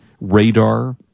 radar